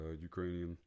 Ukrainian